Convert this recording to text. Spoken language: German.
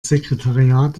sekretariat